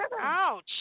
Ouch